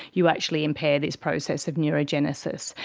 you actually impair this process of neurogenesis.